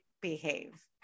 behave